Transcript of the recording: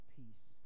peace